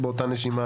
באותה נשימה,